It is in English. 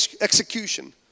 execution